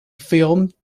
filmed